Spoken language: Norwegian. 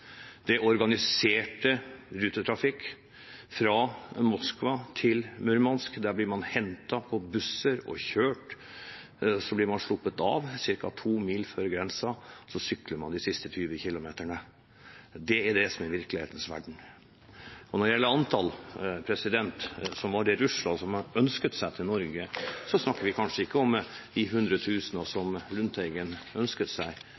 er organisert rutetrafikk fra Moskva til Murmansk. Der blir man hentet med busser og kjørt videre. Så blir man sluppet av ca. to mil før grensen, og så sykler man de siste 20 kilometerne. Det er det som er virkelighetens verden. Når det gjelder antallet som var i Russland som ønsket seg til Norge, snakker vi kanskje ikke om de hundretusener som Lundteigen ønsket seg,